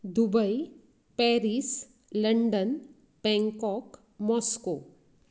Dubai Paris London Bangkok Moscow